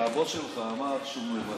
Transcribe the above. הרי הבוס שלך אמר שהוא מוותר.